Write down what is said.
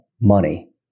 money